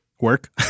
work